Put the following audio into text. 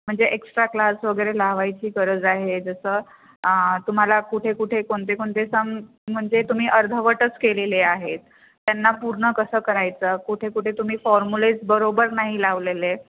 म्हणजे extra class वगैरे लावायची गरज आहे जसं तुम्हाला कुठे कुठे कोणते कोणते सम म्हणजे तुम्ही अर्धवटच केलेले आहेत त्यांना पूर्ण कसं करायचं कुठे कुठे तुम्ही फॉर्मुलेज बरोबर नाही लावलेले